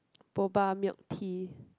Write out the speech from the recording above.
Boba milk tea